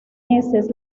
heces